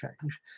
change